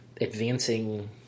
advancing